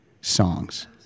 songs